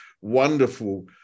wonderful